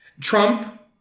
Trump